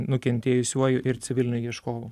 nukentėjusiuoju ir civiliniu ieškovu